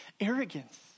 arrogance